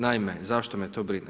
Naime, zašto me to brine?